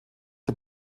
der